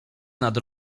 nad